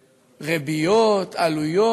ריביות, עלויות.